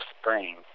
spring